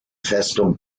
festung